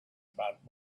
about